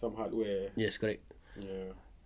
yes correct